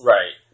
Right